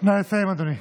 נא לסיים, אדוני.